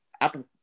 Apple